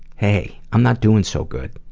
hey i'm not doing so good.